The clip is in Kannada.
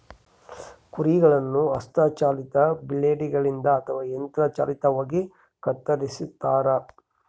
ಕುರಿಗಳನ್ನು ಹಸ್ತ ಚಾಲಿತ ಬ್ಲೇಡ್ ಗಳಿಂದ ಅಥವಾ ಯಂತ್ರ ಚಾಲಿತವಾಗಿ ಕತ್ತರಿಸ್ತಾರ